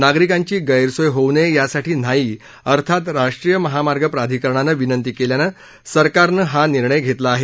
नागरिकांची गैरसोय होऊ नये यासाठी न्हाई अर्थात राष्ट्रीय महामार्ण प्राधिकरणानं विनंती केल्यानं सरकारनं हा निर्णय घेतला आहे